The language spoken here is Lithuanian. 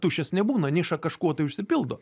tuščias nebūna niša kažkuo tai užsipildo